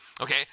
okay